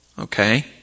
Okay